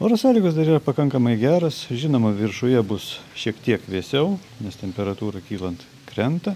oro sąlygos dar yra pakankamai geros žinoma viršuje bus šiek tiek vėsiau nes temperatūra kylant krenta